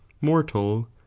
mortal